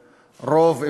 רוב,